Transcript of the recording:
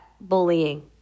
bullying